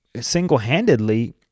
single-handedly